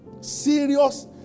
Serious